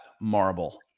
marble